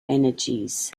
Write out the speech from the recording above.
energies